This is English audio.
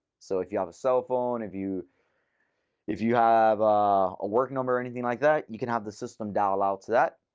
so if you have a cell phone, if you you have a work number or anything like that, you can have the system dial out to that.